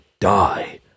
die